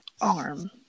arm